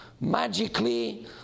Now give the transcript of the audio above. magically